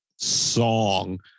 song